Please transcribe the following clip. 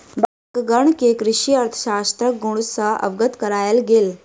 बालकगण के कृषि अर्थशास्त्रक गुण सॅ अवगत करायल गेल